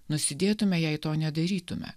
nusidėtume jei to nedarytume